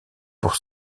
pour